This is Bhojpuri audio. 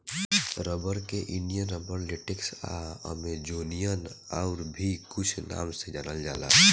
रबर के इंडियन रबर, लेटेक्स आ अमेजोनियन आउर भी कुछ नाम से जानल जाला